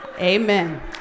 Amen